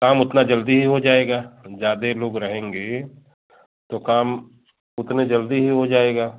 काम उतना जल्दी ही हो जाएगा ज़्यादा लोग रहेंगे तो काम उतने जल्दी ही हो जाएगा